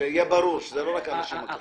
שיהיה ברור שזה לא רק אנשים אקראיים.